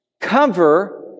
cover